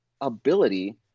ability –